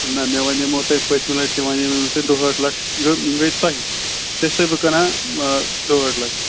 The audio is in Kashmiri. نہ مےٚ وَنیمو تۄہہِ پٔتمہِ لٹہ تہِ وَنیِمو تۄہہِ دُہٲٹھ لَچھ یِم گٔے تۄہہِ ژےٚ چھُ سے بہٕ کنان دُہٲٹھ لَچھ